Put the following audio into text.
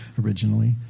originally